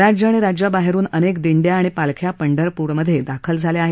राज्य आणि राज्याबाहेरून अनेक दिंड्या आणि पालख्या पंढरपूरमध्ये दाखल झाल्या आहेत